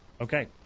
Okay